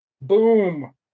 Boom